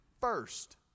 first